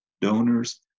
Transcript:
donors